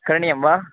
करणीयं वा